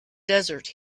desert